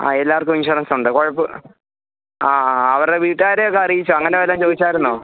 ആ എല്ലാവർക്കും ഇൻഷുറൻസ് ഉണ്ട് കുഴപ്പം ആ അവരുടെ വീട്ടുകാരെയൊക്കെ അറിയിച്ചോ അങ്ങനെ വല്ലതും ചോദിച്ചായിരുന്നോ